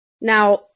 Now